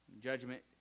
Judgment